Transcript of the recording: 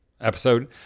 episode